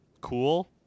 cool